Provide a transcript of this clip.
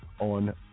On